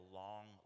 long